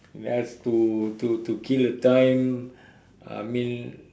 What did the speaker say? that is to to to kill the time I mean